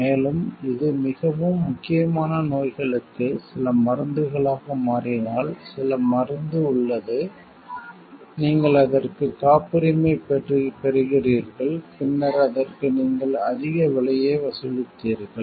மேலும் இது மிகவும் முக்கியமான நோய்களுக்கு சில மருந்துகளாக மாறினால் சில மருந்து உள்ளது நீங்கள் அதற்கு காப்புரிமை பெறுகிறீர்கள் பின்னர் அதற்கு நீங்கள் அதிக விலையை வசூலித்தீர்கள்